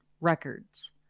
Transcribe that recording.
records